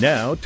Now